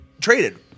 traded